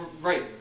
Right